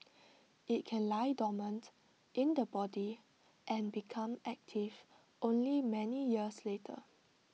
IT can lie dormant in the body and become active only many years later